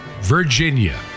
Virginia